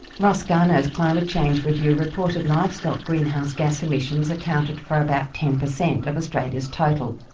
ross garnaut's climate change review reported livestock greenhouse gas emissions accounted for about ten percent of australia's total.